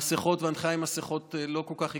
והמסכות, על ההנחיה על המסכות לא כל כך הקפידו,